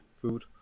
food